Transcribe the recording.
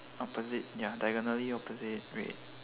opposite ya diagonally opposite red